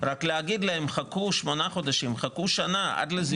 אבל להגיד להם חכו בין שמונה חודשים לשנה לנתיב,